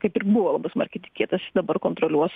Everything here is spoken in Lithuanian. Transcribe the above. kaip ir buvo labai smarkiai tikėtasi dabar kontroliuos